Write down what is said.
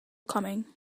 coming